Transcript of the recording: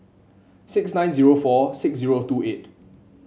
six nine zero four six zero two eight